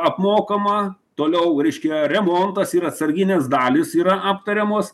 apmokama toliau reiškia remontas ir atsarginės dalys yra aptariamos